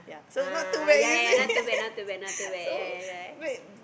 uh ya ya not too bad not too bad not too bad ya ya ya